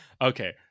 Okay